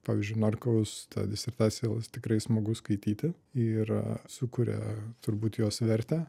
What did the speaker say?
pavyzdžiui narkaus tą disertaciją tikrai smagu skaityti ir sukuria turbūt jos vertę